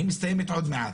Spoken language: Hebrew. היא מסתיימת עוד מעט.